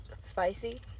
spicy